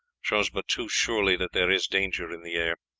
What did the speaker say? shows but too surely that there is danger in the air.